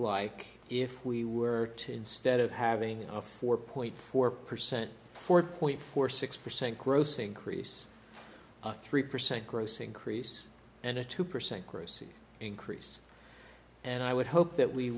like if we were to instead of having a four point four percent four point four six percent gross increase of three percent gross increase and a two percent grossi increase and i would hope that we